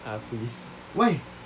police